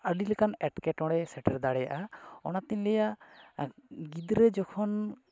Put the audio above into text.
ᱟᱹᱰᱤ ᱞᱮᱠᱟᱱ ᱮᱸᱴᱠᱮᱴᱚᱬᱮ ᱥᱮᱴᱮᱨ ᱫᱟᱲᱮᱭᱟᱜᱼᱟ ᱚᱱᱟᱛᱤᱧ ᱞᱟᱹᱭᱟ ᱜᱤᱫᱽᱨᱟᱹ ᱡᱚᱠᱷᱚᱱ